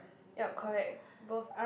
ya correct both